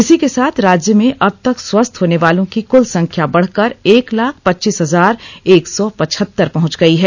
इसी के साथ राज्य में अब तक स्वस्थ होने वालों की कल संख्या बढकर एक लाख पच्चीस हजार एक सौ पचहतर पहंच गई है